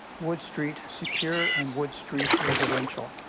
wood street secure and wood street residential.